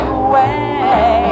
away